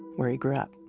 where he grew up